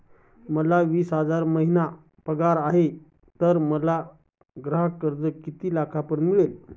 मला वीस हजार महिना पगार आहे तर मला गृह कर्ज किती लाखांपर्यंत मिळेल?